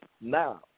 now